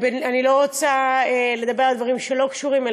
אני לא רוצה לדבר על דברים שלא קשורים,